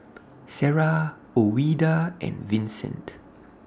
Sara Ouida and Vincent